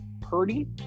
Purdy